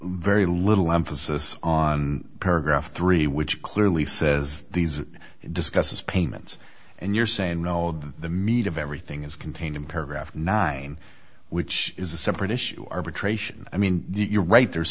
very little emphasis on paragraph three which clearly says these are discusses payments and you're saying no all of the meat of everything is contained in paragraph nine which is a separate issue arbitration i mean you're right there's